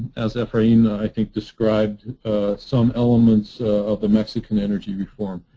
as efrain, i think, described some elements of the mexican energy reform,